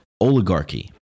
oligarchy